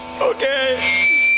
okay